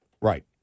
Right